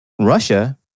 Russia